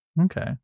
Okay